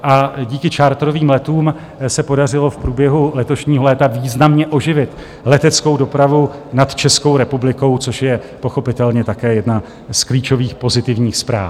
A díky charterovým letům se podařilo v průběhu letošního léta významně oživit leteckou dopravu nad Českou republikou, což je pochopitelně také jedna z klíčových pozitivních zpráv.